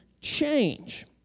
change